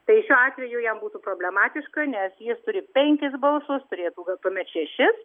tai šiuo atveju jam būtų problematiška nes jis turi penkis balsus turėtų gal tuomet šešis